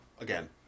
again